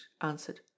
answered